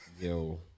Yo